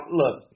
look –